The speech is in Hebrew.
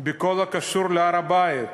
בכל הקשור להר-הבית.